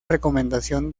recomendación